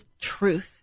truth